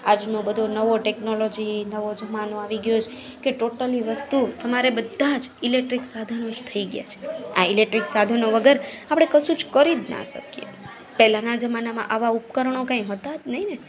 આજનો બધો નવો ટેક્નોલોજી નવો જમાનો આવે ગયો છે કે ટોટલી વસ્તુ તમારે બધા જ ઈલેક્ટ્રીકસ સાધનો જ થઈ ગયા છે આ ઈલેક્ટ્રિક સાધનો વગર આપણે કશું જ કરી ના શકીએ પહેલાના જમાનામાં આવા ઉપકરણો કંઈ હતા નહીંને